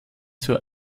zur